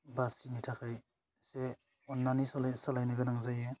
बासनो थाखाय एसे अन्नानै सालाय सालायनो गोनां जायो